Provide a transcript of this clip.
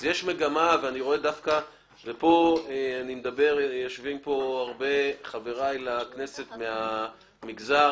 יושבים כאן הרבה חבריי לכנסת מהמגזר